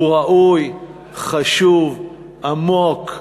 הוא ראוי, חשוב, עמוק,